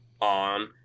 on